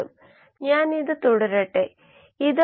ഉള്ളിൽ കാര്യങ്ങൾ നടക്കുന്ന നിരക്കുകൾ